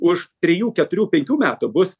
už trijų keturių penkių metų bus